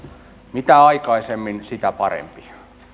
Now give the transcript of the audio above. mitä aikaisemmin sitä parempi